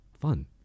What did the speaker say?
fun